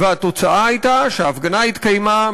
והתוצאה הייתה שההפגנה התקיימה,